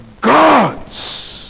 gods